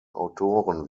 autoren